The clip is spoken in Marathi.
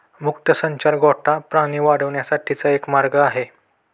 मुक्त संचार गोठा प्राणी वाढवण्याचा एक मार्ग आहे